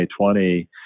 2020